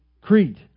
Crete